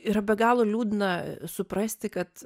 yra be galo liūdna suprasti kad